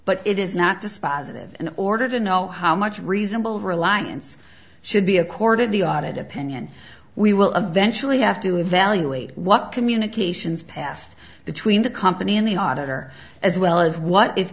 but it is not dispositive in order to know how much reasonable reliance should be accorded the audit opinion we will eventually have to evaluate what communications passed between the company and the auditor as well as what if